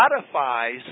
modifies